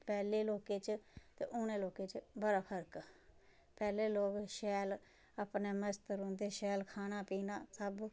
पैह्लें लोकें च ते हून लोकें च बड़ा फर्क पैह्लें लोक शैल अपना मस्त रौंह्दे शैल खाना पीना सब